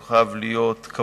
הוא חייב להיות קבוע,